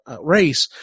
race